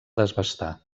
desbastar